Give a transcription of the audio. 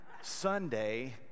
sunday